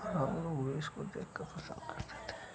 हम लोग वही उसको देखकर पसन्द करते थे